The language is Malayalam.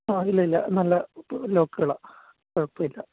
ആ ഇല്ല ഇല്ല നല്ല പൂട്ട് ലോക്കുകളാണ് കുഴപ്പമില്ല